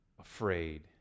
afraid